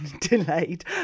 delayed